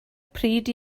pryd